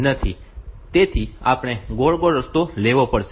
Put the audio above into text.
તેથી આપણે ગોળ ગોળ રસ્તો લેવો પડશે